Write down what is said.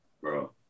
Bro